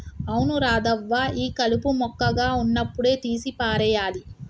అవును రాధవ్వ ఈ కలుపు మొక్కగా ఉన్నప్పుడే తీసి పారేయాలి